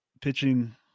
pitching